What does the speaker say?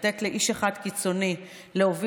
לתת לאיש אחד קיצוני להוביל,